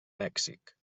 mèxic